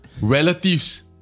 relatives